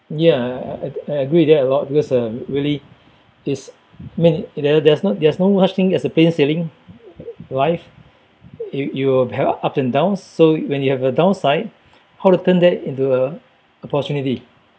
ya I I I agree with that a lot because uh really it's made there's there's not there's no such thing as a plain sailing life you you'll have ups and downs so when you have a downside how to turn that into a opportunity